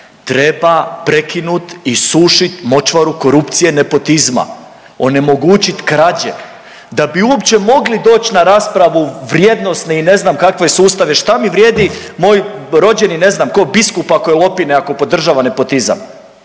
Treba prekinut, isušit močvaru korupcije, nepotizma, onemogućit krađe da bi uopće mogli doći na raspravu vrijednosne i ne znam kakve sustave šta mi vrijedi moj rođeni ne znam tko biskup ako je lopina i ako podržava nepotizam.